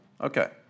Okay